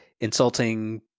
insulting